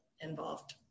involved